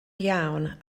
iawn